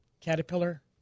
caterpillar